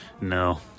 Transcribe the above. no